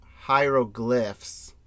Hieroglyphs